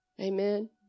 Amen